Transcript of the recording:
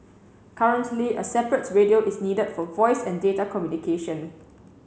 currently a separate radio is needed for voice and data communication